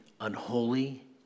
unholy